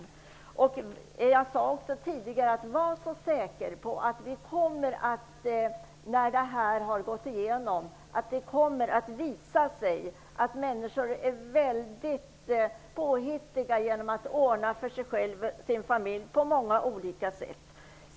Som jag sade tidigare: Var så säker på att det, när det här förslaget har genomförts, kommer att visa sig att människor är väldigt påhittiga vad gäller att ordna för sig själva och sina familjer på många olika sätt.